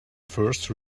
first